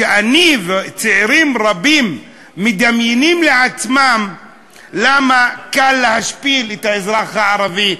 כשאני וצעירים רבים מדמיינים לעצמם למה קל להשפיל את האזרח הערבי,